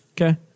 Okay